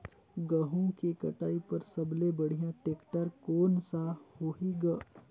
गहूं के कटाई पर सबले बढ़िया टेक्टर कोन सा होही ग?